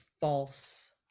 false